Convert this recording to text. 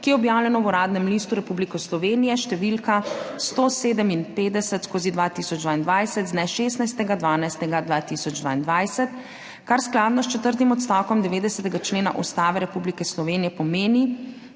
ki je objavljeno v Uradnem listu Republike Slovenije št. 157/2022 z dne 16. 12. 2022, kar skladno s četrtim odstavkom 90. člena Ustave Republike Slovenije pomeni,